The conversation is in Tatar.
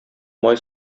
май